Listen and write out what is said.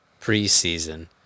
preseason